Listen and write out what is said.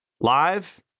live